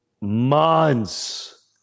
Months